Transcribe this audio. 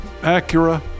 Acura